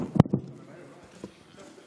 חבריי